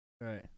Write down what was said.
Right